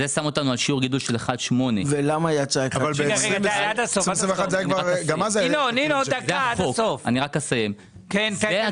מה ששם אותנו על שיעור גידול של 1.8%. שיעור